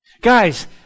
Guys